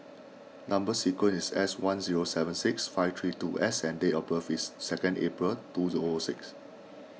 Number Sequence is S one zero seven six five three two S and date of birth is second April two O O six